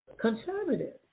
conservative